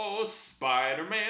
Spider-Man